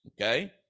okay